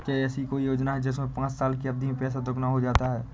क्या ऐसी कोई योजना है जिसमें पाँच साल की अवधि में पैसा दोगुना हो जाता है?